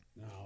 Now